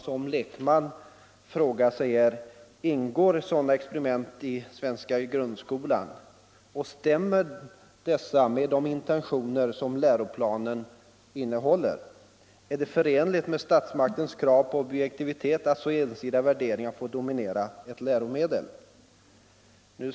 Som lekman frågar man sig: Stämmer sådana här projekt med intentionerna i grundskolans läroplan? Är det förenligt med statsmaktens krav på objektivitet att så ensidiga värderingar dominerar ett läromedel?